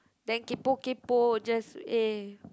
then kaypoh kaypoh just eh